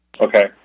Okay